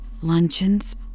luncheons